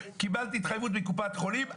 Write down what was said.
קיבלתי התחייבות מקופת חולים,